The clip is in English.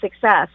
success